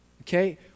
okay